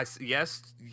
Yes